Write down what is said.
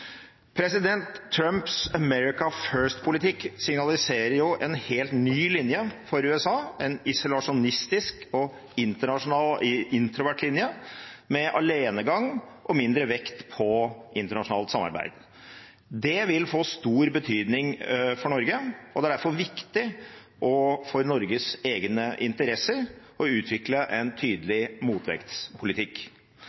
President Trumps «America first»-politikk signaliserer en helt ny linje for USA – en isolasjonistisk og internasjonalt sett introvert linje med alenegang og mindre vekt på internasjonalt samarbeid. Det vil få stor betydning for Norge, og det er derfor viktig for Norges egne interesser å utvikle en